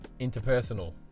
interpersonal